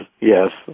yes